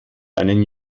einen